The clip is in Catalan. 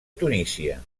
tunísia